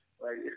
right